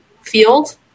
field